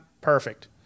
Perfect